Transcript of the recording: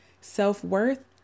self-worth